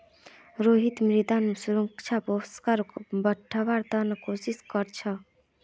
रोहिणी मृदात सूक्ष्म पोषकक बढ़व्वार त न कोशिश क र छेक